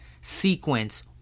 sequence